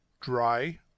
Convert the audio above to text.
dry